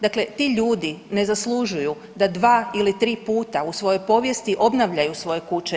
Dakle, ti ljudi ne zaslužuju da 2 ili 3 puta u svojoj povijesti obnavljaju svoje kuće.